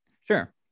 Sure